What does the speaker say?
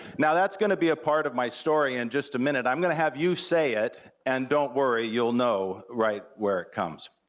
now, that's gonna be a part of my story, and in just a minute, i'm gonna have you say it, and don't worry, you'll know right where it comes.